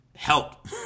help